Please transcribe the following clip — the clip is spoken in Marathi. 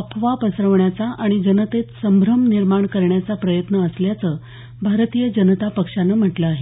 अफवा पसरवण्याचा आणि जनतेत संभ्रम निर्माण करण्याचा प्रयत्न असल्याचं भारतीय जनता पक्षानं म्हटलं आहे